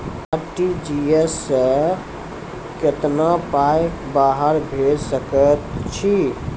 RTGS सअ कतबा पाय बाहर भेज सकैत छी?